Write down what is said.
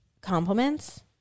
compliments